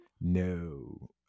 No